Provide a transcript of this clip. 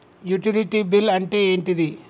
Utility bill అంటే ఏంటిది?